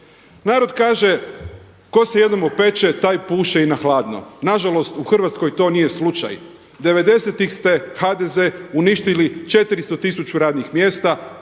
Narod kaže tko se jednom opeče taj puše i na hladno. Na žalost u Hrvatskoj to nije slučaj. Devedesetih ste HDZ uništili 400, 1000 radnih mjesta,